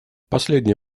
последний